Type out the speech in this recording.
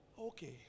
Okay